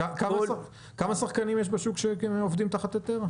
כמה שחקנים יש בשוק שעובדים תחת היתר?